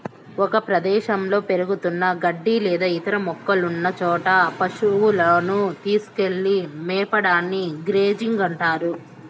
ఒక ప్రదేశంలో పెరుగుతున్న గడ్డి లేదా ఇతర మొక్కలున్న చోట పసువులను తీసుకెళ్ళి మేపడాన్ని గ్రేజింగ్ అంటారు